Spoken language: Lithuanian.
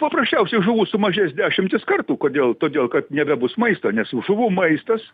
paprasčiausiai žuvų sumažės dešimtis kartų kodėl todėl kad nebebus maisto nes žuvų maistas